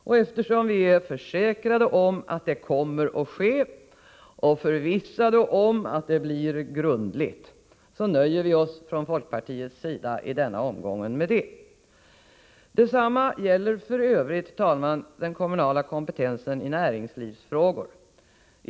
Och eftersom vi är försäkrade om att det kommer att ske och förvissade om att det blir grundligt nöjer vi oss från folkpartiets sida i denna omgång med detta. Detsamma gäller f.ö., herr talman, den kommunala kompetensen i näringslivsfrågor.